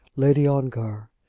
lady ongar.